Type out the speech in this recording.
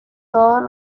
todos